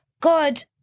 God